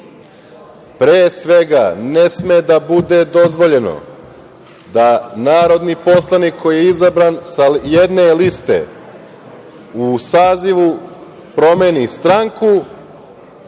Pre svega, ne sme da bude dozvoljeno da narodni poslanik koji je izabran sa jedne liste, u sazivu promeni stranku